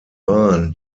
bahn